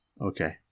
Okay